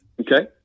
Okay